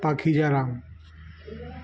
पाखीजाराम